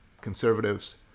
conservatives